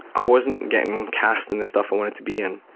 i wasn't getting cast in the stuff i wanted to be in.